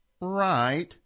Right